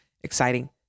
exciting